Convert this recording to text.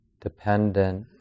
dependent